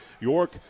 York